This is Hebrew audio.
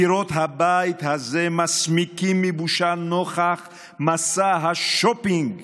קירות הבית הזה מסמיקים מבושה נוכח מסע השופינג